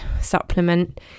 supplement